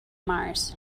mars